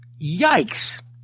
Yikes